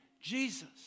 Jesus